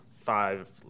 Five